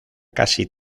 casi